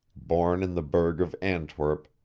born in the burgh of antwerp,